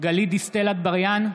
גלית דיסטל אטבריאן,